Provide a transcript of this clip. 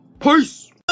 peace